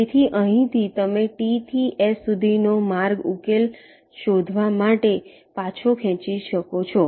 તેથી અહીંથી તમે T થી S સુધીનો માર્ગ ઉકેલ શોધવા માટે પાછો ખેંચી શકો છો